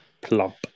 plump